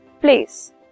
place